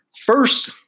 First